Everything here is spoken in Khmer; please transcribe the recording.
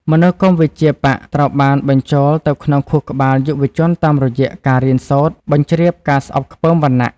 មនោគមវិជ្ជាបក្សត្រូវបានបញ្ចូលទៅក្នុងខួរក្បាលយុវជនតាមរយៈការ «រៀនសូត្រ» បញ្ជ្រាបការស្អប់ខ្ពើមវណ្ណៈ។